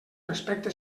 respecte